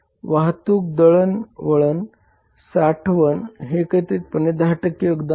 वाहतूक दळणवळण साठवण हे एकत्रितपणे 10 योगदान देते